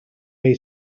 may